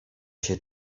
się